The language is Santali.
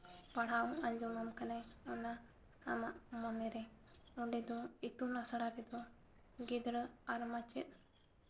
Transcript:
ᱯᱟᱲᱦᱟᱣ ᱟᱸᱡᱚᱢᱟᱢ ᱠᱟᱱᱟᱭ ᱚᱱᱟ ᱟᱢᱟᱜ ᱢᱚᱱᱮᱨᱮ ᱚᱸᱰᱮ ᱫᱚ ᱤᱛᱩᱱ ᱟᱥᱲᱟ ᱨᱮᱫᱚ ᱜᱤᱫᱽᱨᱟᱹ ᱟᱨ ᱢᱟᱪᱮᱫ